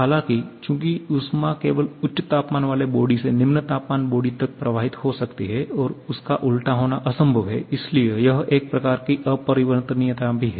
हालाँकि चूंकि ऊष्मा केवल उच्च तापमान वाले बॉडी से निम्न तापमान बॉडी तक प्रवाहित हो सकती है और इसका उल्टा होना असंभव है इसलिए यह एक प्रकार की अपरिवर्तनीयता भी है